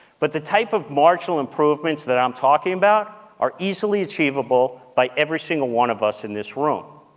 but the type of marginal improvements that i'm talking about are easily achievable by every single one of us in this room.